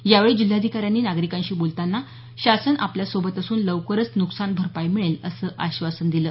यावेळी जिल्हाधिकाऱ्यांनी नागरिकांशी बोलताना शासन आपल्यासोबत असून लवकरच नुकसान भरपाई मिळेल असं आश्वासन दिलं